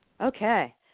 Okay